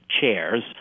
chairs